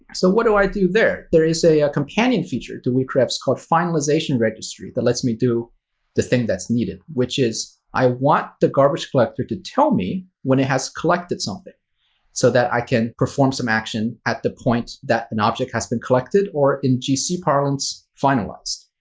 so what do i do there? there is a companion feature to weakrefs called finalizationregistry that lets me do the thing that's needed, which is, i want the garbage collector to tell me when it has collected something so that i can perform some action at the point that an object has been collected or, in gc parlance, finalized.